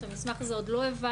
את המסמך הזה עוד לא העברנו,